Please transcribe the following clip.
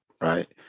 right